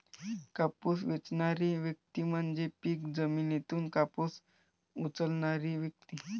कापूस वेचणारी व्यक्ती म्हणजे पीक जमिनीतून कापूस उचलणारी व्यक्ती